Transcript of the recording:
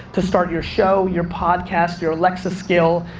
to start your show, your podcast, your alexa skill,